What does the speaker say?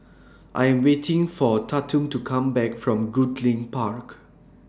I Am waiting For Tatum to Come Back from Goodlink Park